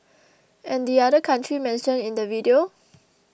and the other country mentioned in the video